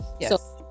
Yes